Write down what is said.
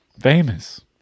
Famous